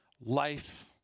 life